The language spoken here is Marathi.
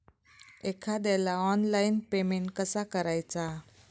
एखाद्याला ऑनलाइन पेमेंट कसा करायचा?